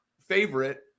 favorite